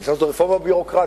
נצטרך לעשות רפורמה בביורוקרטיה,